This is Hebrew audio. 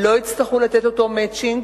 לא יצטרכו לתת את אותו "מצ'ינג",